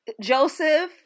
Joseph